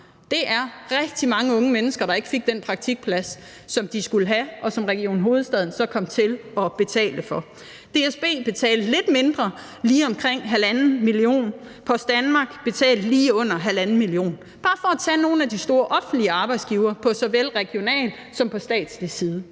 for rigtig mange unge mennesker, der ikke fik den praktikplads, som de skulle have haft, og som Region Hovedstaden så kom til at betale for. DSB betalte lidt mindre, nemlig lige omkring 1,5 mio. kr. Post Danmark betalte lige under 1,5 mio. kr. Det er bare for at tage nogle af de store offentlige arbejdsgivere på såvel regionalt som statsligt niveau.